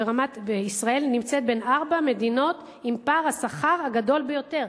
וישראל נמצאת בין ארבע מדינות עם פער השכר הגדול ביותר.